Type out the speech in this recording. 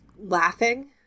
laughing